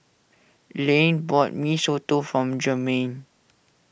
Layne bought Mee Soto from Jermaine